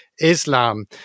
Islam